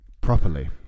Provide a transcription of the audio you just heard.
properly